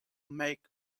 make